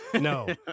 No